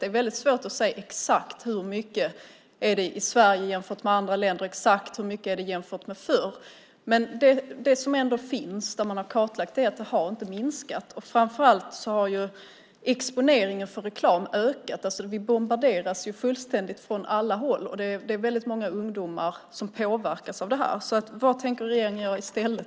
Det är väldigt svårt att se exakt hur mycket det är i Sverige jämfört med andra länder och exakt hur mycket det är jämfört med förr, men det som ändå finns, där man har kartlagt detta, visar att det inte har minskat. Framför allt har exponeringen för reklam ökat. Vi bombarderas ju fullständigt från alla håll, och det är väldigt många ungdomar som påverkas av det här. Vad tänker regeringen alltså göra i stället?